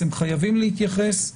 אלא חייבים להתייחס.